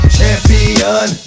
Champion